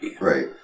Right